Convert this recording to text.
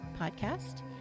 podcast